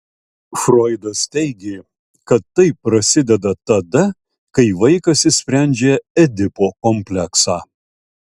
froidas teigė kad tai prasideda tada kai vaikas išsprendžia edipo kompleksą